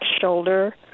shoulder